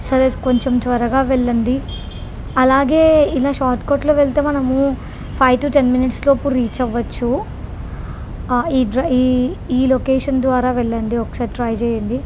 సరే కొంచెం త్వరగా వెళ్ళండి అలాగే ఇలా షార్ట్కట్లో వెళ్తే మనము ఫైవ్ టు టెన్ మినిట్స్లోపు రీచ్ అవ్వచ్చు ఈ డ్రై ఈ ఈ లొకేషన్ ద్వారా వెళ్ళండి ఒకసారి ట్రై చెయ్యండి